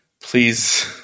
please